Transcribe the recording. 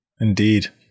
Indeed